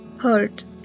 hurt